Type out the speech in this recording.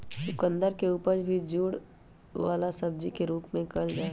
चुकंदर के उपज भी जड़ वाला सब्जी के रूप में कइल जाहई